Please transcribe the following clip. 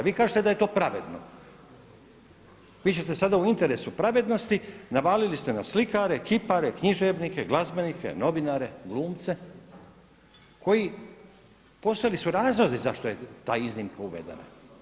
Vi kažete da je to pravedno, vi ćete sada u interesu pravednosti navaliti na slikare, kipare, književnike, glazbenike, novinare, glumce koji postojali su razlozi zašto je ta iznimka uvedena.